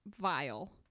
vile